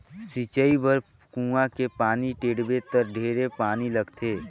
सिंचई बर कुआँ के पानी टेंड़बे त ढेरे पानी लगथे